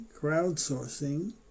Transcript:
crowdsourcing